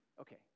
Okay